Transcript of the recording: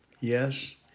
Yes